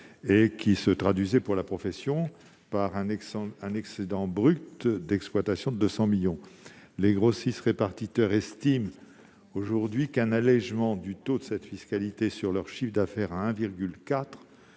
; il se traduisait pour la profession par un excédent brut d'exploitation de 200 millions d'euros. Les grossistes-répartiteurs estiment aujourd'hui qu'un allégement du taux de cette fiscalité sur leur chiffre d'affaires à 1,4